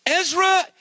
Ezra